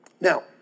Now